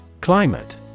Climate